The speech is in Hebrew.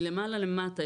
מלמעלה למטה,